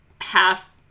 half